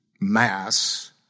Mass